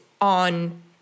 on